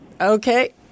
Okay